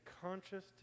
conscious